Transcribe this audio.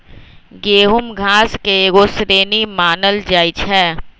गेहूम घास के एगो श्रेणी मानल जाइ छै